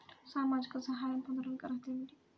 సామాజిక సహాయం పొందటానికి అర్హత ఏమిటి?